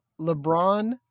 lebron